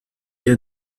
der